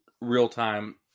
real-time